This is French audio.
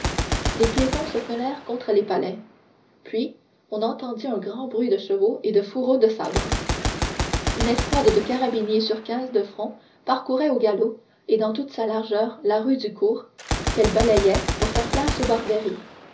les piétons se collèrent contre les palais puis on entendit un grand bruit de chevaux et de fourreaux de sabre une escouade de carabiniers sur quinze de front parcourait au galop et dans toute sa largeur la rue du cours qu'elle balayait pour faire place aux barberi